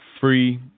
free